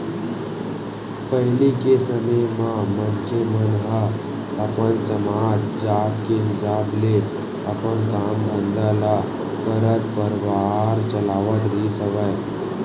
पहिली के समे म मनखे मन ह अपन अपन समाज, जात के हिसाब ले अपन काम धंधा ल करत परवार चलावत रिहिस हवय